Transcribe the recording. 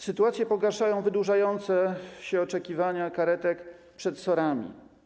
Sytuację pogarsza wydłużające się oczekiwanie karetek przed SOR-ami.